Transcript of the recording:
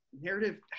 narrative